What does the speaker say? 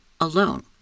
alone